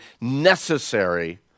necessary